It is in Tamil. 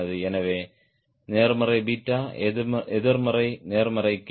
எனவே நேர்மறை 𝛽 எதிர்மறை நேர்மறைக்கு மீண்டும் நேர்மறையானது